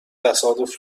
تصادف